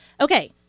Okay